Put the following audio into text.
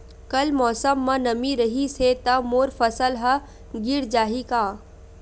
कल मौसम म नमी रहिस हे त मोर फसल ह गिर जाही का?